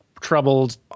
Troubled